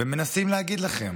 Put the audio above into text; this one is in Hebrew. ומנסים להגיד לכם